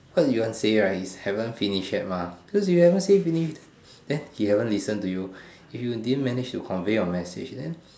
what you want to say right is haven't finish yet mah because you haven't say finish then he haven't listen to you if you didn't manage to convey your message then